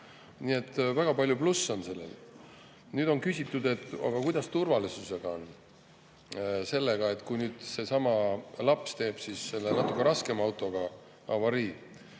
Nii et väga palju plusse on sellel. Nüüd, on küsitud, et kuidas turvalisusega on, sellega, kui seesama laps teeb natukene raskema autoga avarii.